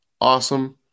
awesome